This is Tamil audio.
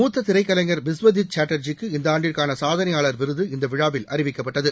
மூத்த திரைக்கலைஞர் பிஸ்வஜித் சாட்டர்ஜிக்கு இந்த ஆண்டுக்கான சாதனையாளர் இந்த விழாவில் அறிவிக்கப்பட்டகு